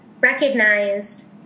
recognized